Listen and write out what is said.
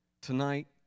tonight